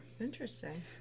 Interesting